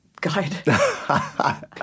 guide